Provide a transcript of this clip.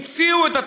המציאו את התאגיד,